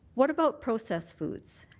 what about processed foods?